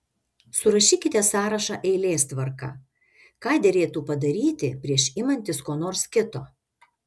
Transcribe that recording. surašykite sąrašą eilės tvarka ką derėtų padaryti prieš imantis ko nors kito